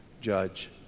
judge